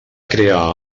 crear